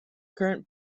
current